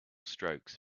strokes